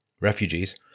refugees